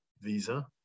visa